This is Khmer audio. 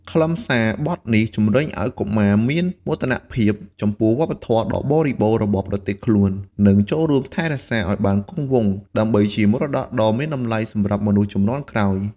ខ្លឹមសារបទនេះជំរុញឲ្យកុមារមានមោទនភាពចំពោះធម្មជាតិដ៏បរិបូរណ៍របស់ប្រទេសខ្លួន និង ចូលរួមថែរក្សាឲ្យបានគង់វង្ស ដើម្បីជាមរតកដ៏មានតម្លៃសម្រាប់មនុស្សជំនាន់ក្រោយ។